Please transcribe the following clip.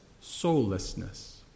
soullessness